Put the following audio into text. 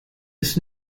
its